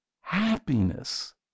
happiness